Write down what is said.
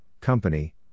company